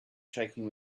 shaking